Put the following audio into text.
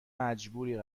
مجبوری